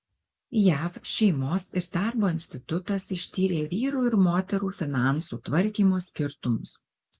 jav šeimos ir darbo institutas ištyrė vyrų ir moterų finansų tvarkymo skirtumus